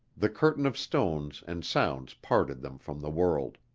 the curtain of stones and sounds parted them from the world.